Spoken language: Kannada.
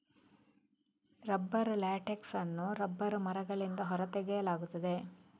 ರಬ್ಬರ್ ಲ್ಯಾಟೆಕ್ಸ್ ಅನ್ನು ರಬ್ಬರ್ ಮರಗಳಿಂದ ಹೊರ ತೆಗೆಯಲಾಗುತ್ತದೆ